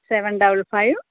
seven double five